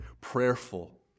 prayerful